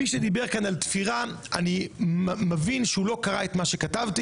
מי שדיבר כאן על תפירה אני מבין שהוא לא קרא את מה שכתבתי.